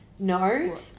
No